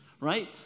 right